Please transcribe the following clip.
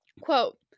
Quote